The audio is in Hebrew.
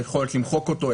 היכולת למחוק אותו,